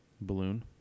balloon